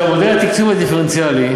מודל התקצוב הדיפרנציאלי,